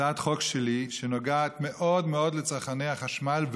הצעת חוק שלי שנוגעת מאוד מאוד לצרכני החשמל,